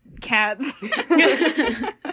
cats